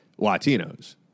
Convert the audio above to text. Latinos